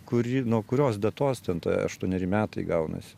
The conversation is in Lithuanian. kurį nuo kurios datos ten ta aštuoneri metai gaunasi